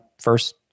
first